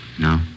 No